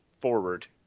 forward